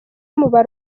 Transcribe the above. muba